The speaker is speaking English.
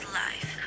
life